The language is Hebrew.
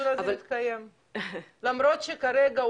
הפקחים יכולים וצריכים להתחיל בהסברה,